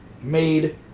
made